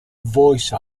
voice